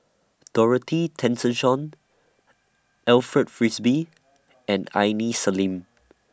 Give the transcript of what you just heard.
Dorothy Tessensohn Alfred Frisby and Aini Salim